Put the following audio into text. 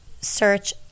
search